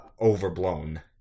overblown